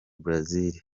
brazil